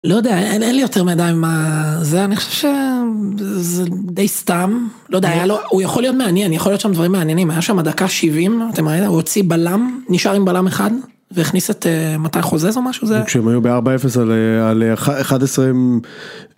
לא יודע, אין אין לי יותר מידי מה זה... אני חושב שזה די סתם. לא יודע, היה לו, הוא יכול להיות מעניין, יכול להיות שם דברים מעניינים. היה שם הדקה 70 אתם... הוא הוציא בלם. נשאר עם בלם אחד. והכניס את אה.. מתי חוזז או משהו כזה? שהיו בארבע אפס על 11.